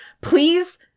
please